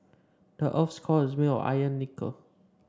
the earth's core is made of iron and nickel